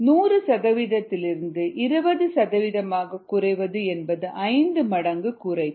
xv0xv5 100 சதவீதத்திலிருந்து 20 சதவீதமாக குறைவது என்பது ஐந்து மடங்கு குறைப்பு